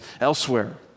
elsewhere